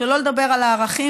שלא לדבר על הערכים.